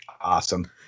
Awesome